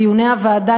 דיוני הוועדה,